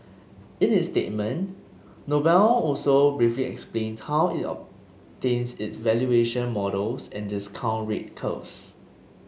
in its statement Noble also briefly explained how it obtains its valuation models and discount rate curves